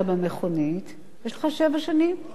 יש לך שבע שנים בתביעה אזרחית.